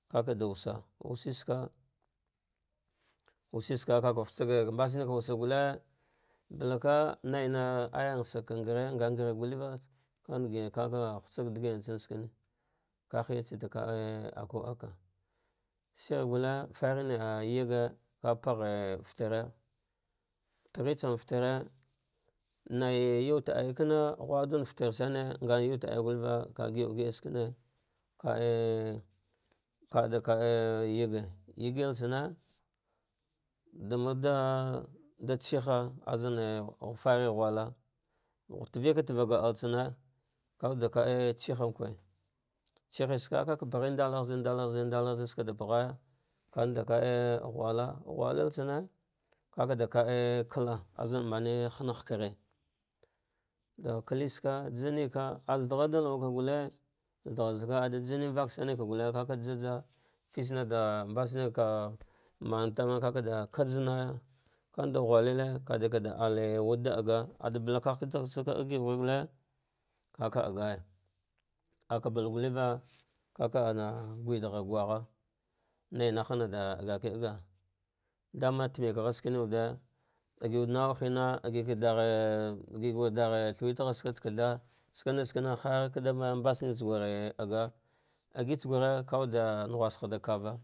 Kaka da wuse wuse ska, wust ska kaka gh tsa ge mbasenai wusa gulllte balaka naina ayyan saka ngare nga ngare guteva leana gulah kaka ghigi digamma tsame skane ka hiyatsa da ka ah aku aka shirgute farme a yagi ka pagha fatire paghetsan fatere naiyue taawe vama ghah din fature some nga yawel guteva ka gi au gial skane lea a ka a kaa ka a yagi au gi adamada da tsiha ane fari slula tavika tava altsane kawuda keah tsiha nkwe, tsihe isaka ndala ghze ndalaghze skada paghaya kanda yea ghula ghuhh tsame kaka da ka a kalla azam mene hana hakare da kulitsa janika azdara ghatr da lauwa ka gulle zadargharza ada janine nvasune ka gulle ka jaja fitsane da mbasnaike maantama kakaɗa kajnai vanda ghulite vakade alle wude dar ga ava balaka ka vegi kah dahsa gulle kaka da gaya aka bala gulleva kaka ana guwaida gher gugha nainahna da dagaki doga dama tima gha skane sane wucle dagi wute na gha hima, dagive agha digiva thawet ghat iis tsaka da ketha sakane digiva thawergha is sania tsa fur daga da gilsa gure kawude nghus kadahiava.